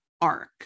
arc